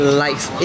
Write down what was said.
likes